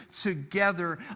together